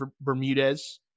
Bermudez